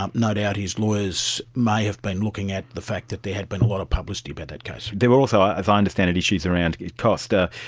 um no doubt his lawyers may have been looking at the fact that there had been a lot of publicity about but that case. there were also, as i understand it, issues around cost. ah